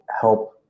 help